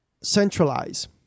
centralize